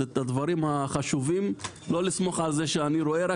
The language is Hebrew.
את הדברים החשובים לומר לנו ולא לסמוך על זה שאני רואה אותם.